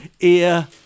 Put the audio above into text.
ear